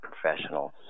professionals